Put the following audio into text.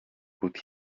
put